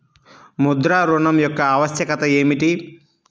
ముద్ర ఋణం యొక్క ఆవశ్యకత ఏమిటీ?